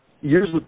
years